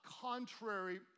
contrary